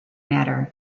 matter